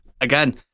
again